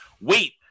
wait